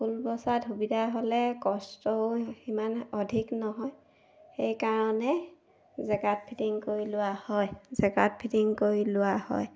ফুল বছাত সুবিধা হ'লে কষ্টও সিমান অধিক নহয় সেইকাৰণে জেগাৰ্ত ফিটিং কৰি লোৱা হয় জেগাৰ্ত ফিটিং কৰি লোৱা হয়